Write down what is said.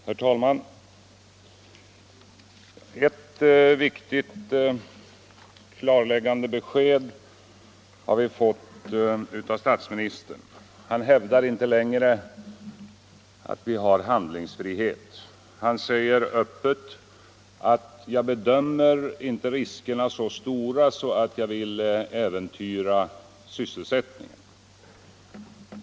Herr talman! Ett viktigt, klarläggande besked har vi fått av statsministern. Han hävdar inte längre att vi har handlingsfrihet. Han säger öppet att han inte bedömer riskerna så stora så att han vill äventyra sysselsättningen.